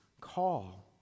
call